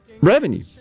revenue